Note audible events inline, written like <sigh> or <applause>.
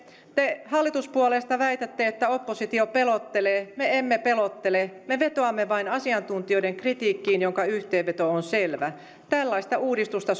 te hallituspuolueista väitätte että oppositio pelottelee me emme pelottele me vetoamme vain asiantuntijoiden kritiikkiin jonka yhteenveto on selvä tällaista uudistusta <unintelligible>